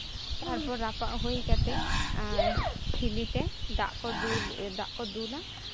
ᱛᱟᱨᱯᱚᱨ ᱨᱟᱯᱟᱜ ᱦᱩᱭ ᱠᱟᱛᱮᱫ ᱴᱷᱤᱞᱤ ᱛᱮ ᱫᱟᱜ ᱠᱚ ᱫᱩᱞ ᱫᱟᱜ ᱠᱚ ᱫᱩᱞᱟ